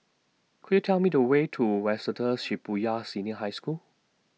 Could YOU Tell Me The Way to Waseda Shibuya Senior High School